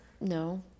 No